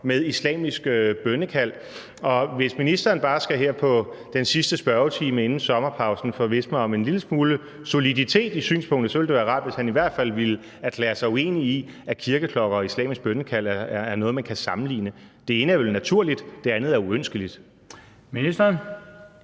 med islamisk bønnekald. Og hvis ministeren bare her i den sidste spørgetime inden sommerpausen kunne forvisse mig om en lille smule soliditet i synspunktet, ville det være rart, hvis han i hvert fald ville erklære sig uenig i, at kirkeklokker og islamisk bønnekald er noget, man kan sammenligne. Det ene er vel naturligt, det andet er uønskeligt. Kl.